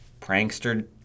Prankster